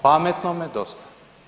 Pametnome dosta.